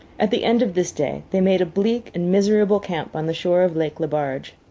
at the end of this day they made a bleak and miserable camp on the shore of lake le barge.